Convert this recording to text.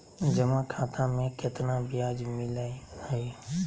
जमा खाता में केतना ब्याज मिलई हई?